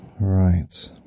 Right